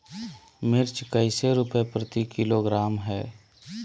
मिर्च कैसे रुपए प्रति किलोग्राम है?